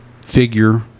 figure